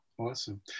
Awesome